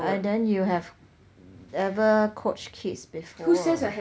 and then you have ever coached kids before